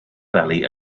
valley